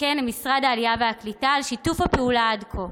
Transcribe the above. וכן למשרד העלייה והקליטה, על שיתוף הפעולה עד כה,